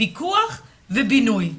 פיקוח ובינוי.